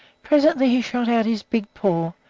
presently he shot out his big paw,